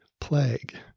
plague